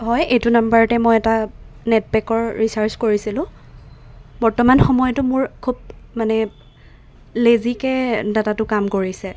হয় এইটো নাম্বাৰতে মই এটা নেটপেকৰ ৰিচাৰ্জ কৰিছিলোঁ বৰ্তমান সময়তো মোৰ খুব মানে লেজিকৈ ডাটাটো কাম কৰিছে